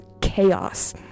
chaos